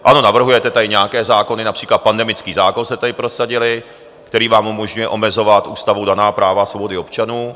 Ano, navrhujete tady nějaké zákony, například pandemický zákon jste tady prosadili, který vám umožňuje omezovat ústavou daná práva a svobody občanů.